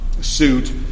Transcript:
suit